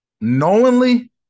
knowingly